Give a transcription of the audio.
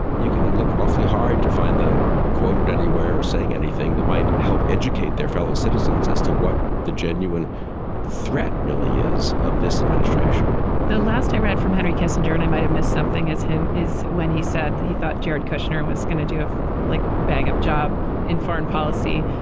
you can look awfully hard to find them quoted anywhere, saying anything that might help educate their fellow citizens as to what the genuine threat really is of this administration the last i read from henry kissinger and i might have missed something has him is when he said that he thought jared kushner was going to do like bang up job in foreign policy.